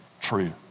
true